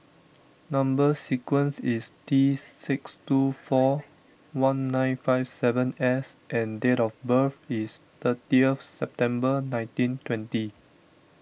Number Sequence is T six two four one nine five seven S and date of birth is thirtieth September nineteen twenty